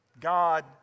God